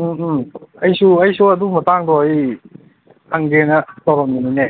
ꯎꯝ ꯎꯝ ꯑꯩꯁꯨ ꯑꯩꯁꯨ ꯑꯗꯨ ꯃꯇꯥꯡꯗꯣ ꯑꯩ ꯍꯪꯒꯦꯅ ꯇꯧꯔꯝꯃꯤꯅꯤꯅꯦ